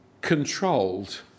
controlled